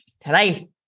today